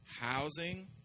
housing